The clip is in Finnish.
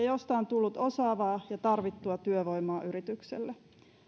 josta on tullut osaavaa ja tarvittua työvoimaa yritykselle